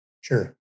Sure